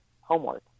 homework